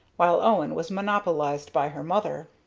while owen was monopolized by her mother.